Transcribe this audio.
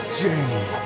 journey